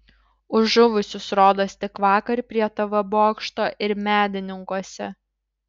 už žuvusius rodos tik vakar prie tv bokšto ir medininkuose